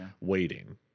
waiting